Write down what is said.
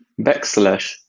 backslash